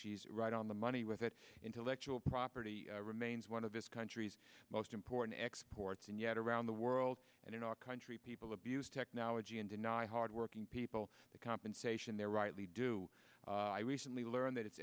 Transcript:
she's right on the money with it intellectual property remains one of this country's most important exports and yet around the world and in our country people abuse technology and deny hardworking people the compensation they're rightly due i recently learned that it's